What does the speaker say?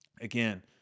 Again